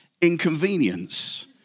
inconvenience